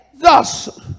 Thus